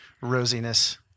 rosiness